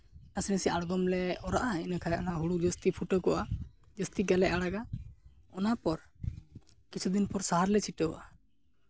ᱱᱟᱥᱮ ᱱᱟᱥᱮ ᱟᱬᱜᱚᱢ ᱞᱮ ᱚᱨᱟᱜᱼᱟ ᱤᱱᱟᱹ ᱠᱷᱟᱱ ᱚᱱᱟ ᱦᱩᱲᱩ ᱡᱟᱹᱥᱛᱤ ᱯᱷᱩᱴᱟᱹᱜᱚᱜᱼᱟ ᱡᱟᱹᱥᱛᱤ ᱜᱮᱞᱮ ᱟᱬᱟᱜᱟᱭ ᱚᱱᱟ ᱯᱚᱨ ᱠᱤᱪᱷᱩ ᱫᱤᱱ ᱯᱚᱨ ᱥᱟᱦᱟᱨ ᱞᱮ ᱪᱷᱤᱴᱟᱹᱣᱟᱜᱼᱟ